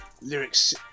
lyrics